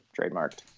trademarked